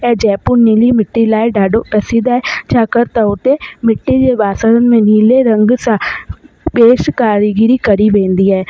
त जयपुर नीली मिटी लाइ ॾाढो प्रसिद्ध आहे छाकाणि त हुते मिटीअ जो बासण में नीले रंग सां वेश कारीगिरी कई वेंदी आहे